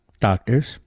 doctors